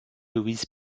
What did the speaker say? louise